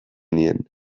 nien